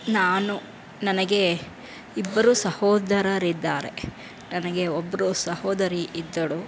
ನಾನು ನನಗೆ ಇಬ್ಬರು ಸಹೋದರರಿದ್ದಾರೆ ನನಗೆ ಒಬ್ಬರು ಸಹೋದರಿ ಇದ್ದಳು